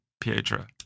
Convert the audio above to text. Pietra